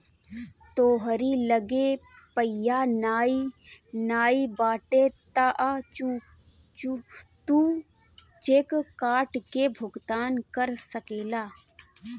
तोहरी लगे पइया नाइ बाटे तअ तू चेक काट के भुगतान कर सकेला